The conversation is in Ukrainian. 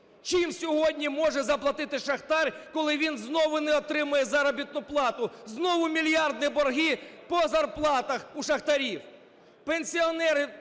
Чим сьогодні може заплатити шахтар, коли він знову не отримує заробітну плату? Знову мільярдні борги по зарплатах у шахтарів.